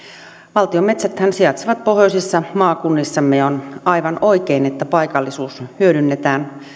valtion metsäthän sijaitsevat pohjoisissa maakunnissamme ja on aivan oikein että paikallisuus hyödynnetään